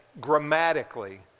grammatically